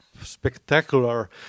spectacular